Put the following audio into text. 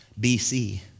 BC